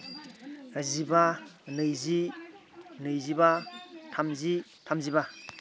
जिबा नैजि नैजिबा थामजि थामजिबा